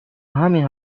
همین